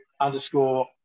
underscore